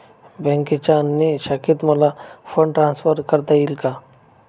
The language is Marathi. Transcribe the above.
बँकेच्या अन्य शाखेत मला फंड ट्रान्सफर करता येईल का?